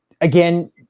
Again